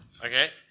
okay